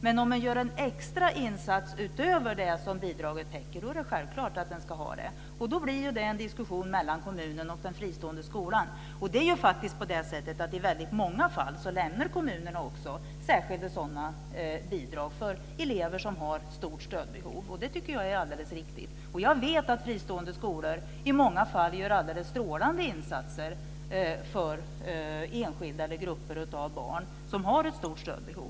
Men om den gör en extra insats utöver det som bidraget täcker är det självklart att den ska ha det. Det blir då en diskussion mellan kommunen och den fristående skolan. I väldigt många fall lämnar också kommunerna sådana särskilda bidrag för elever som har stort stödbehov. Det tycker jag är alldeles riktigt. Jag vet att fristående skolor i många fall gör alldeles strålande insatser för enskilda barn eller grupper av barn som har stort stödbehov.